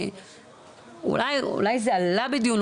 אולי זה עלה בדיון,